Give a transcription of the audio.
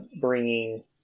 bringing